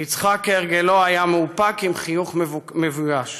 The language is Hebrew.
ויצחק כהרגלו היה מאופק עם חיוך מבויש.